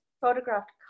photographed